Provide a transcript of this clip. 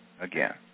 again